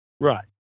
Right